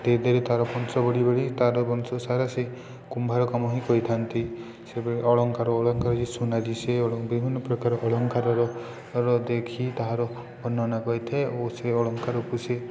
ଧିରେ ଧିେରେ ତା'ର ବଂଶ ବଢ଼ି ବଢ଼ି ତା'ର ବଂଶ ତା'ର ସେ କୁମ୍ଭାର କାମ ହିଁ କରିଥାନ୍ତି ଅଳଙ୍କାର ସୁନା ବିଭିନ୍ନ ପ୍ରକାର ଅଳଙ୍କାରର ଦେଖି ତାହାର ବର୍ଣ୍ଣନା କରିଥାଏ ଓ ସେ ଅଳଙ୍କାରକୁ ସେ